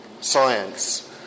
science